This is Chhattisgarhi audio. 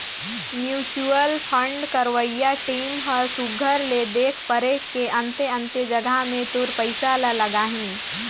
म्युचुअल फंड करवइया टीम ह सुग्घर ले देख परेख के अन्ते अन्ते जगहा में तोर पइसा ल लगाहीं